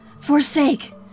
Forsake